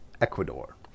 Ecuador